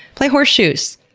play horseshoes.